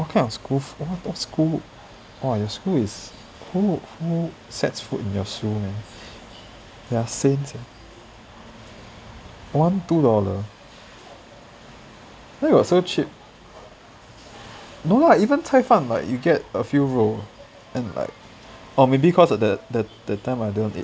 what kind of school food what type of school !wah! your school is who who sets food in your school one they are saints leh one two dollar where got so cheap no lah even 菜饭 like you get a few 肉 and like or maybe because of the that time I don't eat